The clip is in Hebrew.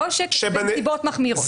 עושק בנסיבות מחמירות.